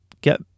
get